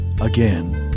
again